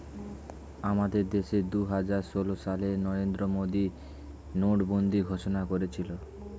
আমাদের দেশে দুহাজার ষোল সালে নরেন্দ্র মোদী নোটবন্দি ঘোষণা করেছিল